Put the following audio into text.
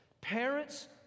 Parents